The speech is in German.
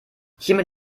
hiermit